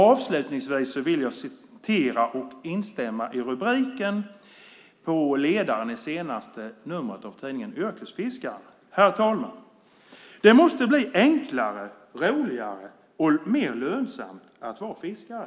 Avslutningsvis vill jag instämma i rubriken på ledaren i senaste numret av tidningen Yrkesfiskaren: Det måste bli enklare, roligare och mer lönsamt att vara fiskare.